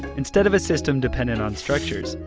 instead of a system dependent on structures,